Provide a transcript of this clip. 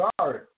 sorry